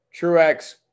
Truex